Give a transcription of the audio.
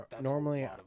normally